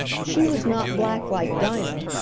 she was not black like dinah,